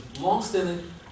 long-standing